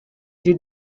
did